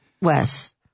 Wes